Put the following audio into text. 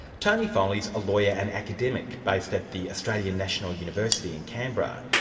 tony foley is a lawyer and academic based at the australian national university in canberra.